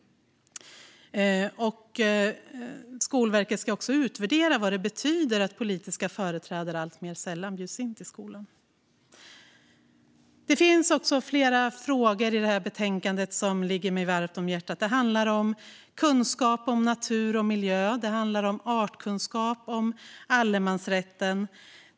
Skolverket ska då också utvärdera vad det betyder att politiska företrädare alltmer sällan bjuds in till skolan. Det finns flera frågor i detta betänkande som ligger mig varmt om hjärtat. Det handlar om kunskap om natur och miljö. Det handlar om artkunskap och om allemansrätten.